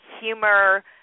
humor